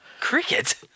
Cricket